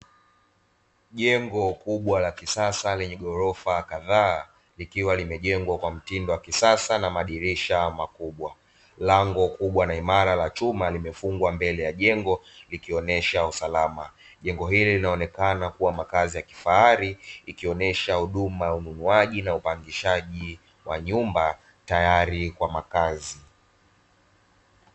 Jengo kubwa la kisasa lenye ghorofa kadhaa, likiwa limejengwa kwa mtindo wa kisasa na madirisha makubwa. Lango kubwa na imara la chuma limefungwa mbele ya jengo likionyesha usalama. Jengo hili linaonekana kuwa makazi ya kifahari likionyesha huduma ya ununuaji na upangishaji wa nyumba tayari kwa makazi.